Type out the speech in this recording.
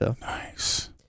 Nice